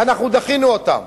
ואנחנו דחינו אותן.